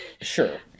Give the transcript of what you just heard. sure